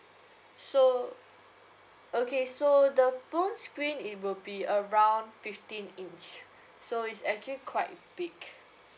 so okay so the phone screen it will be around fifteen inch so is actually quite big